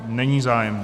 Není zájem.